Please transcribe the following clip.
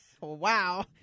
Wow